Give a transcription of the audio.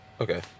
Okay